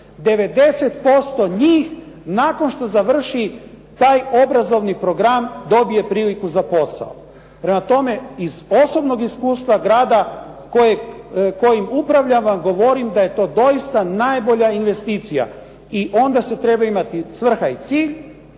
90% njih nakon što završi taj obrazovni program, dobije priliku za posao. Prema tome, iz osobnog iskustva grada kojim upravljam vam govorim da je to doista najbolja investicija. I onda se treba imati svrha i cilj,